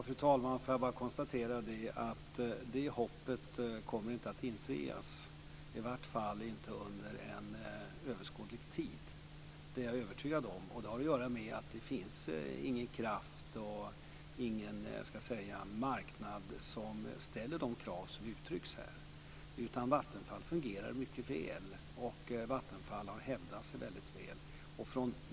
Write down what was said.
Fru talman! Låt mig bara konstatera att det hoppet inte kommer att infrias, i varje fall inte under en överskådlig tid. Det är jag övertygad om. Det har att göra med att det inte finns någon kraft och ingen marknad som ställer de krav som uttrycks här. Vattenfall fungerar mycket väl och har hävdat sig väldigt väl.